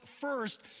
first